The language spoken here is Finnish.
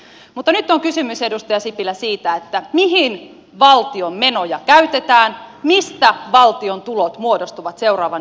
mutta nyt on kysymys edustaja sipilä siitä mihin valtion menoja käytetään mistä valtion tulot muodostuvat seuraavan neljän vuoden aikana